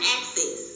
access